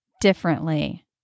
differently